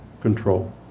control